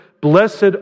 blessed